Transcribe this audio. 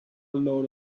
load